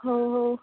ହଉ ହଉ